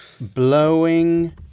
Blowing